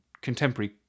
contemporary